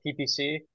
PPC